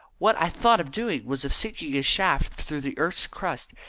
what i thought of doing was of sinking a shaft through the earth's crust,